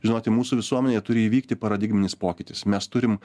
žinoti mūsų visuomenėje turi įvykti paradigminis pokytis mes turim